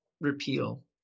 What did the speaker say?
repeal